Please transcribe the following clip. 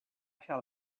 shall